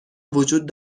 وجود